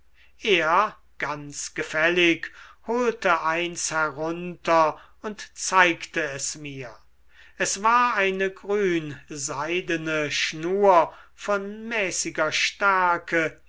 er ganz gefällig holte eins herunter und zeigte es mir es war eine grünseidene schnur von mäßiger stärke